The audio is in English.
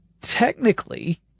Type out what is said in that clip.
technically